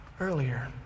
earlier